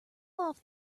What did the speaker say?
off